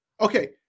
Okay